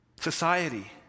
society